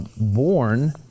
born